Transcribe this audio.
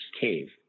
cave